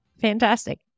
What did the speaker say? Fantastic